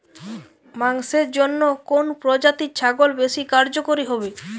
মাংসের জন্য কোন প্রজাতির ছাগল বেশি কার্যকরী হবে?